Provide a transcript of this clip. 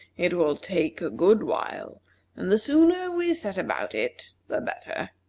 it will take a good while and the sooner we set about it, the better.